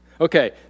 Okay